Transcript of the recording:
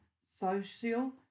social